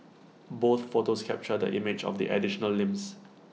both photos captured the image of the additional limbs